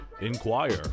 inquire